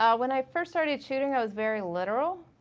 ah when i first started shooting i was very literal.